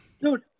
Dude